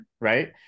right